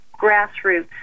grassroots